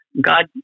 God